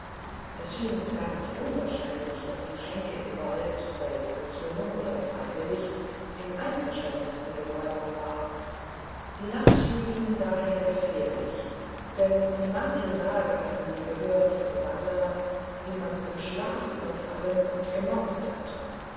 es schien gar nicht unwahrscheinlich daß die schenke im wald sei es gezwungen oder freiwillig im einverständnis mit den räubern war die nacht schien ihnen daher gefährlich denn wie man che sage hatten sie gehört von wanderern die man im schlaf überfallen und gemordet hatte